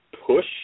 push